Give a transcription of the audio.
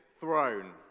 throne